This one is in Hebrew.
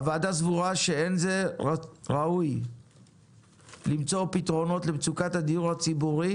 הוועדה סבורה שאין זה ראוי למצוא פתרונות למצוקת הדיור הציבורי